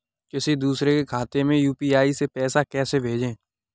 किसी दूसरे के खाते में यू.पी.आई से पैसा कैसे भेजें?